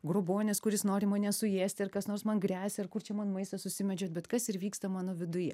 grobuonis kuris nori mane suėsti ar kas nors man gresia ir kur čia man maistą susimedžiot bet kas ir vyksta mano viduje